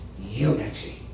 Unity